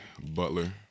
Butler